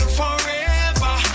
forever